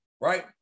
right